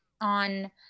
on